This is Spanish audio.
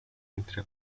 entre